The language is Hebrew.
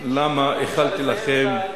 איחלתי לכם,